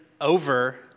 over